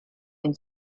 den